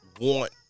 want